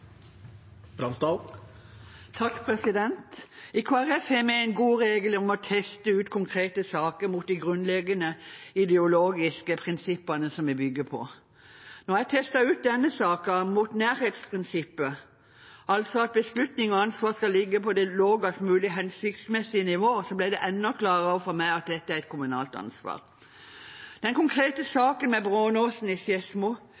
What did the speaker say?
I Kristelig Folkeparti har vi en god regel om å teste ut konkrete saker mot de grunnleggende ideologiske prinsippene som vi bygger på. Da jeg testet ut denne saken mot nærhetsprinsippet, altså at beslutninger og ansvar skal ligge på det lavest mulig hensiktsmessige nivået, ble det enda klarere for meg at dette er et kommunalt ansvar. Den konkrete saken med Brånåsen i